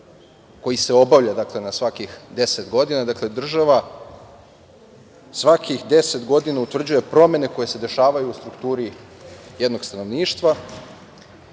koji se obavlja na svakih 10 godina. Država svakih 10 godina utvrđuje promene koje se dešavaju u strukturi jednog stanovništva